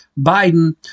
Biden